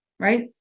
Right